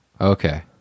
okay